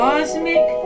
Cosmic